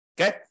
Okay